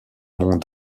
mont